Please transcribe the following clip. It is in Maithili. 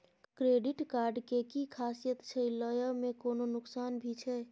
क्रेडिट कार्ड के कि खासियत छै, लय में कोनो नुकसान भी छै?